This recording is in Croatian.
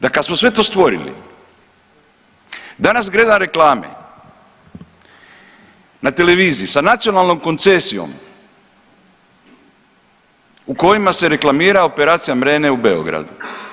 Da kad smo sve to stvorili danas gledam reklame na televiziji sa nacionalnom koncesijom u kojima se reklamira operacija mrene u Beogradu.